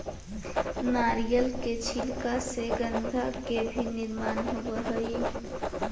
नारियर के छिलका से गद्दा के भी निर्माण होवऽ हई